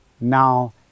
now